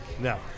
No